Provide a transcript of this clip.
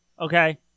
Okay